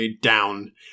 down